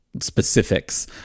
specifics